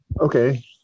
Okay